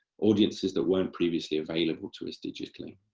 audiences that weren't previously available to us digitally.